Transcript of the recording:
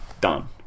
Done